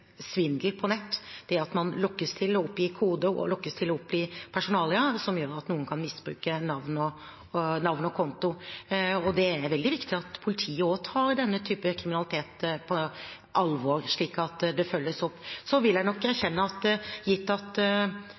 svindel på nett, det at man lokkes til å oppgi koder og lokkes til å oppgi personalia, som gjør at noen kan misbruke navn og konto. Det er veldig viktig at politiet også tar denne typen kriminalitet på alvor, slik at det følges opp. Så vil jeg nok erkjenne at gitt at